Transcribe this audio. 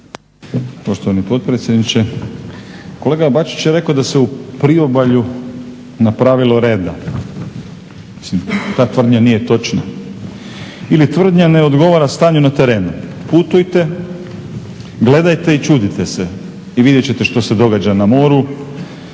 Poštovani potpredsjedniče. Kolega Bačić je rekao da se u priobalju napravilo reda. Ta tvrdnja nije točna ili tvrdnja ne odgovara stanju na terenu. Putujte, gledajte i čudite se i vidjet ćete što se događa na moru.